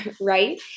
right